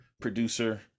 producer